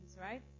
right